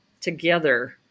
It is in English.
together